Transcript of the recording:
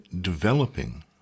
developing